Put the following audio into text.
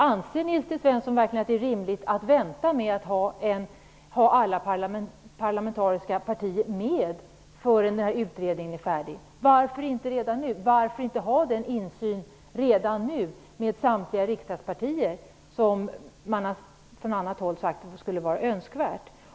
Anser Nils T Svensson att det är rimligt att vänta med att ha alla parlamentariska partier med till dess utredningen är färdig? Varför inte ha insynen från samtliga riksdagspartier redan nu, som man sagt från annat håll att det skulle vara önskvärt?